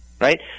Right